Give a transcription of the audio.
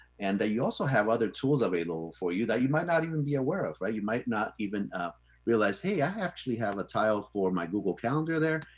and that you also have other tools available for you that you might not even be aware of, right? you might not even ah realize, hey, i actually have a tile for my google calendar there.